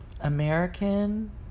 American